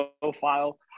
profile